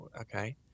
okay